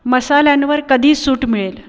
मसाल्यांवर कधी सूट मिळेल